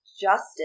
justice